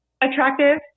attractive